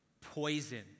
poison